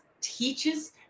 teaches